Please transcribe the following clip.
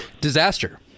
Disaster